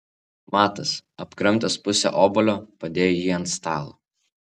matas apkramtęs pusę obuolio padėjo jį ant stalo